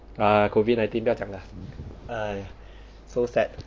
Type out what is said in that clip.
ah COVID nineteen 不要再讲 lah !hais! so sad